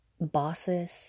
bosses